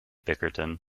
bickerton